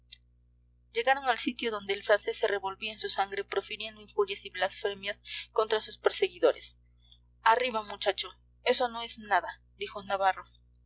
llegaron al sitio donde el francés se revolvía en su sangre profiriendo injurias y blasfemias contra sus perseguidores arriba muchacho eso no es nada dijo navarro